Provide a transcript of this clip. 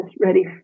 ready